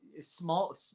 small